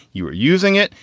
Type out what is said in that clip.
you are using it.